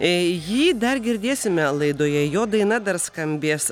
eee jį dar girdėsime laidoje jo daina dar skambės